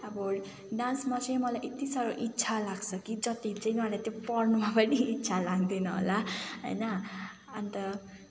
अब डान्समा चाहिँ मलाई यति साह्रो इच्छा लाग्छ कि जति चाहिँ मलाई त्यो पढ्नुमा पनि इच्छा लाग्दैन होला होइन अन्त